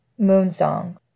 Moonsong